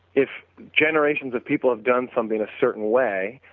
if generations of people have done something a certain way,